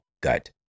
Gut